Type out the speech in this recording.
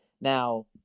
Now